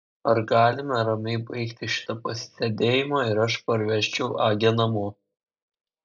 ar galime ramiai baigti šitą pasisėdėjimą ir aš parvežčiau agę namo